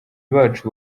bacu